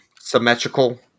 symmetrical